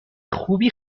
خوبی